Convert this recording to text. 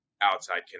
outside